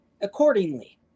accordingly